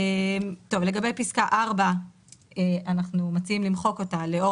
לגבי פסקה (4)- אנחנו מציעים למחוק אותה לאור